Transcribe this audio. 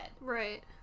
Right